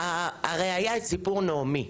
הרי היה את סיפור נעמי.